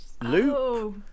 loop